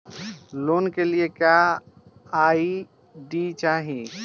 Loan के लिए क्या आई.डी चाही?